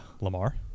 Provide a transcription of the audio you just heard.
Lamar